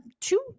two